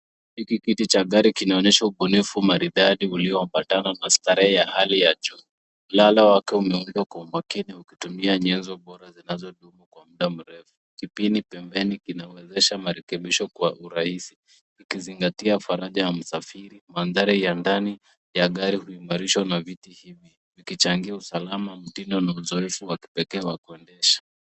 Hiki kiti cha gari kinaonyesha ubunifu maridadi uliopatana na starehe ya hali ya juu. Ulalo wake umeundwa kwa makini ukitumia nyenzo bora zinazodumu kwa muda mrefu. Kipindi pembeni kinawezesha marekebisho kwa urahisi, ikizingatia faraja ya msafiri. Mandhari ya ndani ya gari huimarishwa na viti hivi; ikichangia usalama, mtindo na uzoefu wa kipekee wa kuendesha.